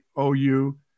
OU